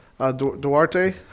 Duarte